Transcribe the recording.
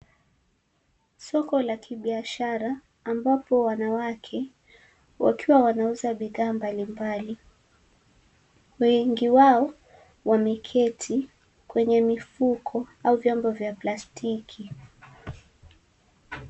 Soko la kibiashara ambapo wanawake wakiwa wanauza bidhaa mbalimbal. Wengi wao wameketi kwenye mifuko au vyombo vya plastiki.